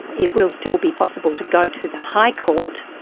it will still be possible to go to the high court,